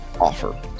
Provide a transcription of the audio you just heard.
offer